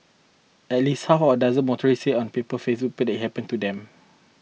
at least half a dozen motorists said on paper's Facebook page that it happened to them